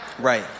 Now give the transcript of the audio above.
Right